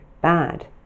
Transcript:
bad